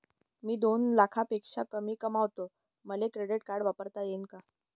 मी दोन लाखापेक्षा कमी कमावतो, मले क्रेडिट कार्ड वापरता येईन का?